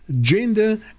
gender